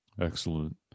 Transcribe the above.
Excellent